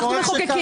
באמת.